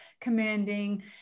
commanding